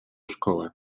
szkołę